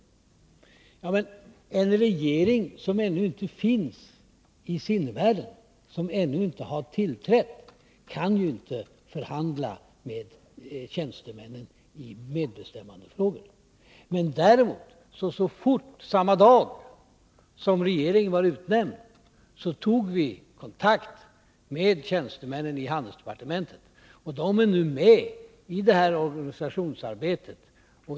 Men en regering som ännu inte finns i sinnevärlden — som ännu inte har tillträtt — kan ju inte förhandla med tjänstemännen i medbestämmandefrågor. Däremot tog vi så fort som det var möjligt — samma dag som regeringen var utnämnd — kontakt med tjänstemännen i handelsdepartementet, och de deltar nu i detta organisationsarbete.